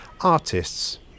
artists